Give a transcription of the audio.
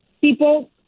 people